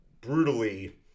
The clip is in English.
brutally